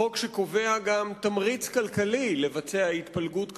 חוק שקובע גם תמריץ כלכלי לבצע התפלגות כזאת,